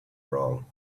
wrong